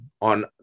on